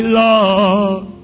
love